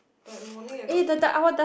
but morning I got